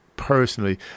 Personally